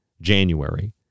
January